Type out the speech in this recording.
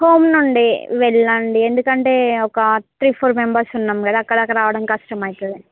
home నుండే వెళ్ళండి ఎందుకంటే ఒకా త్రీ ఫోర్ మెంబర్స్ ఉన్నాం గదా అక్కడిదాక రావడం కష్టం అవుతుంది